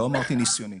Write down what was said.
לא אמרתי ניסיוני.